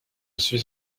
suis